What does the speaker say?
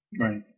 Right